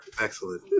excellent